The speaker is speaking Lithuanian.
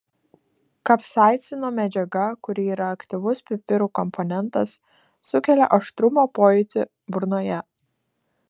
kapsaicino medžiaga kuri yra aktyvus pipirų komponentas sukelia aštrumo pojūtį burnoje